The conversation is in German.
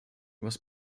was